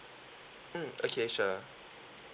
mm okay sure